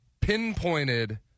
pinpointed